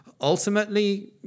ultimately